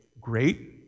great